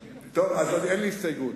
טוב, אז אין לי הסתייגות.